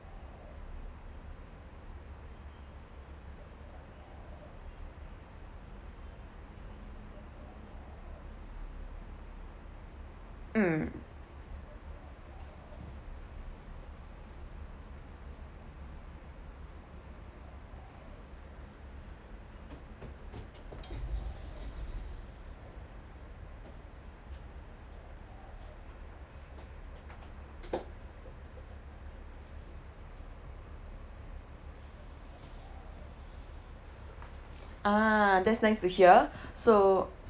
mm ah that's nice to hear so